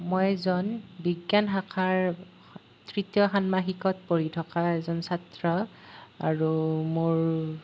মই এজন বিজ্ঞান শাখাৰ তৃতীয় ষান্মাসিকত পঢ়ি থকা এজন ছাত্ৰ আৰু মোৰ